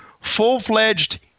full-fledged